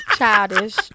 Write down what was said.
Childish